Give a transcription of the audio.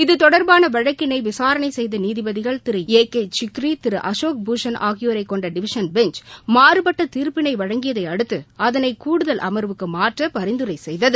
இது தொடர்பான வழக்கினை விசாரணை செய்த நீதிபதிகள் திரு ஏ கே சிக்ரி திரு அசோக்பூஷன் ஆகியோரைக் கொண்ட டிவிஷன் பெஞ்ச் மாறுபட்ட தீப்பினை வழங்கியதை அடுத்து அதனை கூடுதல் அமர்வுக்கு மாற்ற பரிந்துரை செய்தது